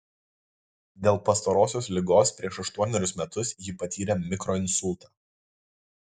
dėl pastarosios ligos prieš aštuonerius metus ji patyrė mikroinsultą